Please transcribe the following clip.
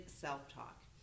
self-talk